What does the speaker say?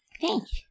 Thanks